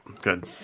Good